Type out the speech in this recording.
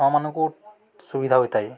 ଆମମାନଙ୍କୁ ସୁବିଧା ହୋଇଥାଏ